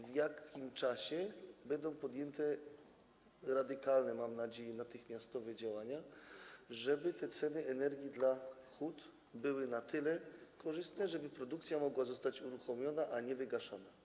W jakim czasie będą podjęte radykalne, mam nadzieję, natychmiastowe działania, aby te ceny energii dla hut były na tyle korzystne, żeby produkcja mogła zostać uruchomiona, a nie była wygaszana?